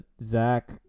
zach